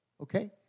okay